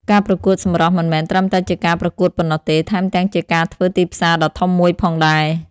ការប្រកួតសម្រស់មិនមែនត្រឹមតែជាការប្រកួតប៉ុណ្ណោះទេ ថែមទាំងជាការធ្វើទីផ្សារដ៏ធំមួយផងដែរ។